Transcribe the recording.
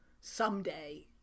someday